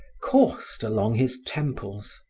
coursed along his temples.